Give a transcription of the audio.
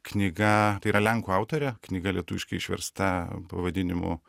knyga tai yra lenkų autorė knyga lietuviškai išversta pavadinimu